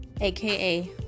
AKA